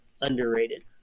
underrated